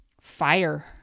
fire